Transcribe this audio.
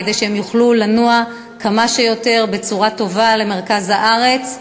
כדי שהם יוכלו לנוע בצורה הטובה ביותר למרכז הארץ,